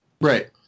Right